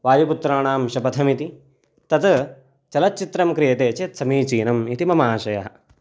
वायुपुत्राणां शपथमिति तत् चलच्चित्रं क्रियते चेत् समीचीनम् इति मम आशयः